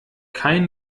kein